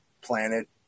planet